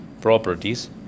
properties